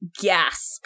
gasp